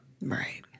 Right